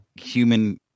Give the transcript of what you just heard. human